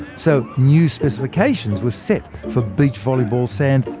so new specifications were set for beach volleyball sand,